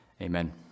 Amen